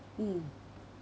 mm